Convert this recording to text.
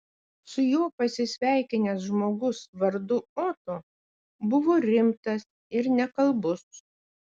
su juo pasisveikinęs žmogus vardu oto buvo rimtas ir nekalbus